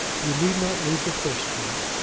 you need not read the first part.